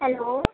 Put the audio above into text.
hello